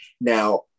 now